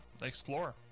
Explore